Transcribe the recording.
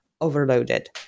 Overloaded